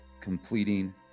completing